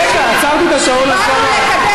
רגע, עצרתי את השעון, אז גם את.